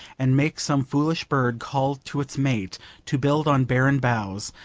and make some foolish bird call to its mate to build on barren boughs,